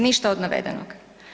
Ništa od navedenog.